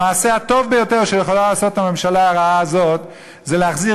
המעשה הטוב ביותר שיכולה לעשות הממשלה הרעה הזאת זה להחזיר